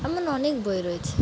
এমন অনেক বই রয়েছে